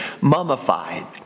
mummified